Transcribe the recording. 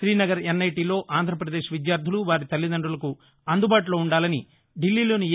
శ్రీనగర్ ఎన్ఐటీలో ఆంధ్రప్రదేశ్ విద్యార్దులు వారి తల్లిదండులకు అందుబాటులో వుండాలని ఢిల్లీలోని ఏ